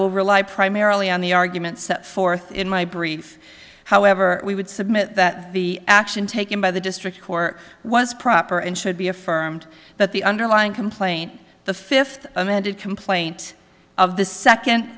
will rely primarily on the arguments set forth in my brief however we would submit that the action taken by the district court was proper and should be affirmed that the underlying complaint the fifth amended complaint of the second